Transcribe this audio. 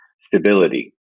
stability